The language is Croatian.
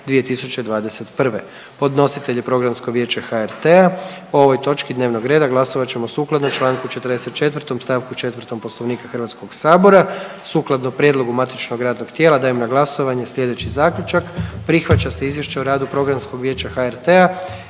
2021., podnositelj je Programsko vijeće HRT-a, o ovoj točki dnevnog reda glasovat ćemo sukladno čl. 44. st. 4. Poslovnika HS. Sukladno prijedlogu matičnog radnog tijela dajem na glasovanje slijedeći zaključak: Prihvaća se izvješće o radu Programskog vijeća HRT-a